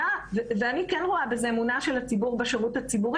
אני כן רואה בזה אמונה של הציבור בשירות הציבורי,